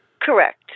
Correct